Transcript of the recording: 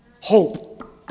Hope